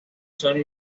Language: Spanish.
son